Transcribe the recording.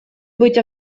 быть